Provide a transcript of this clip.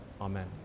Amen